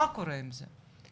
מה קורה עם זה?